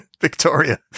Victoria